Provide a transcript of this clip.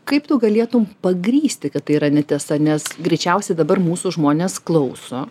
kaip tu galėtum pagrįsti kad tai yra netiesa nes greičiausia dabar mūsų žmonės klauso